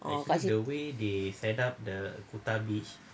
orh kat situ